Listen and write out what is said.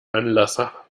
anlasser